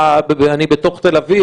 אני בתוך תל אביב,